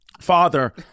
Father